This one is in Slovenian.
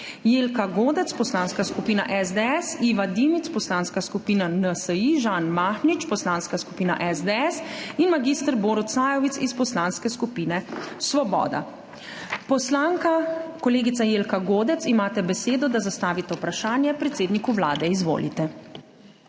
Jelka Godec, Poslanska skupina SDS, Iva Dimic, Poslanska skupina NSi, Žan Mahnič, Poslanska skupina SDS, in mag. Borut Sajovic iz Poslanske skupine Svoboda. Poslanka kolegica Jelka Godec imate besedo, da zastavite vprašanje predsedniku Vlade. Izvolite.